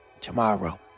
tomorrow